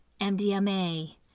mdma